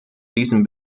diesen